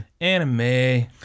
Anime